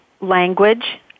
Language